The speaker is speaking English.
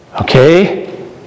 Okay